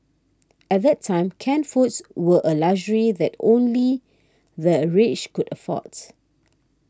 at that time canned foods were a luxury that only the rich could afford